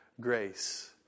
grace